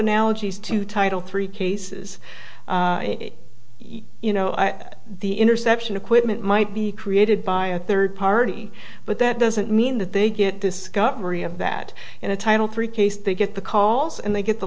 analogies to title three cases you know the interception equipment might be created by a third party but that doesn't mean that they get discovery of that in a title three case they get the calls and they get the